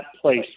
place